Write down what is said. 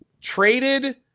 traded